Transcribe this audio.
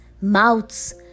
mouths